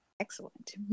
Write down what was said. Excellent